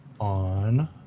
on